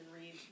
read